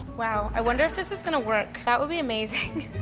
wow, i wonder if this is gonna work, that would be amazing.